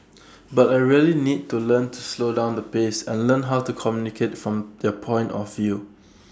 but A really need to learn to slow down the pace and learn how to communicate from their point of view